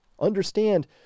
Understand